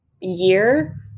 year